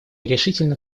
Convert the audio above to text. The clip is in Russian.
решительно